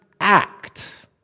act